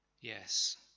Yes